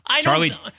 Charlie